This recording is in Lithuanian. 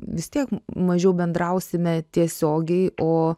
vis tiek mažiau bendrausime tiesiogiai o